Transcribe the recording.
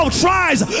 tries